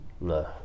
no